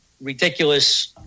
ridiculous